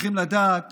צריכים לדעת